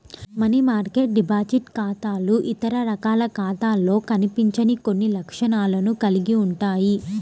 money market deposit ఖాతాలు ఇతర రకాల ఖాతాలలో కనిపించని కొన్ని లక్షణాలను కలిగి ఉంటాయి